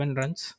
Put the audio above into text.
runs